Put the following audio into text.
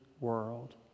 world